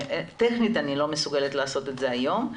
טכנית אני לא מסוגלת לעשות את זה היום.